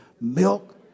milk